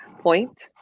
point